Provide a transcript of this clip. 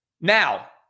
now